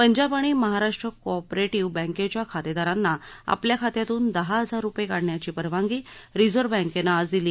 पंजाब आणि Maharashtra cooperative बँकेच्या खातेदारांना आपल्या खात्यातून दहा हजार रुपये काढण्याची परवानगी रिझर्व्ह बँकेनं आज दिली